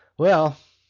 well,